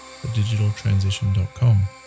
thedigitaltransition.com